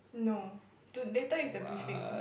no to later is the briefing